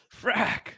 Frack